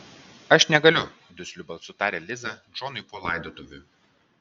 aš negaliu dusliu balsu tarė liza džonui po laidotuvių